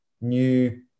new